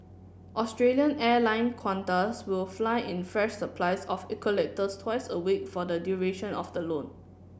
Australian airline Qantas will fly in fresh supplies of eucalyptus twice a week for the duration of the loan